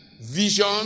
vision